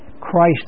Christ